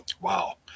wow